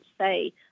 say